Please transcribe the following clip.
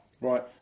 Right